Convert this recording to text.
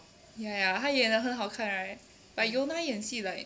ya ya ya 她演得很好看 right but yoon ah 演戏 like